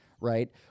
right